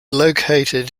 located